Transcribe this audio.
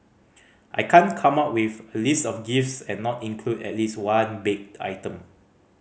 I can't come up with a list of gifts and not include at least one baked item